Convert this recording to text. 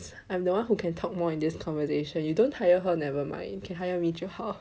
I'm the one who can talk more in this conversation you don't hire her never mind can hire me 就好